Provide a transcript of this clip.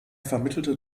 vermittelte